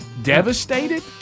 Devastated